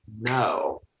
no